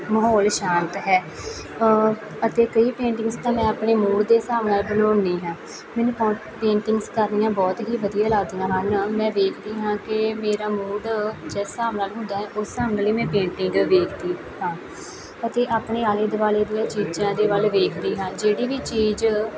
ਮਾਹੌਲ ਸ਼ਾਂਤ ਹੈ ਅਤੇ ਕਈ ਪੇਂਟਿੰਗਸ ਦਾ ਮੈਂ ਆਪਣੇ ਮੂੜ ਦੇ ਹਿਸਾਬ ਨਾਲ ਬਣਾਉਂਦੀ ਹਾਂ ਮੈਨੂੰ ਪੋਂ ਪੇਂਟਿੰਗਸ ਕਰਨੀਆਂ ਬਹੁਤ ਹੀ ਵਧੀਆ ਲੱਗਦੀਆਂ ਹਨ ਮੈਂ ਵੇਖਦੀ ਹਾਂ ਕਿ ਮੇਰਾ ਮੂਡ ਜਿਸ ਹਿਸਾਬ ਨਾਲ ਹੁੰਦਾ ਹੈ ਉਸ ਹਿਸਾਬ ਨਾਲ ਹੀ ਮੈਂ ਪੇਂਟਿੰਗ ਵੇਖਦੀ ਹਾਂ ਅਤੇ ਆਪਣੇ ਆਲੇ ਦੁਆਲੇ ਦੀਆਂ ਚੀਜ਼ਾਂ ਦੇ ਵੱਲ ਵੇਖਦੀ ਹਾਂ ਜਿਹੜੀ ਵੀ ਚੀਜ਼